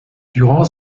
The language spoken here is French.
durant